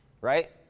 right